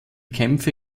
kämpfe